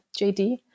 JD